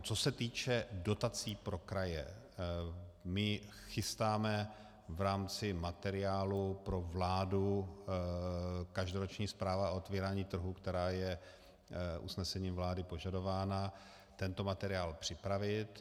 Co se týče dotací pro kraje, my chystáme v rámci materiálu pro vládu každoroční zpráva o otevírání trhu, která je usnesením vlády požadována, tento materiál připravit.